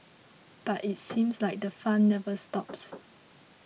but it seems like the fun never stops